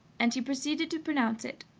and he proceeded to pronounce it.